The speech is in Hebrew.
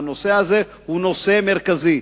והנושא הזה הוא נושא מרכזי.